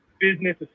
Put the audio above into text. business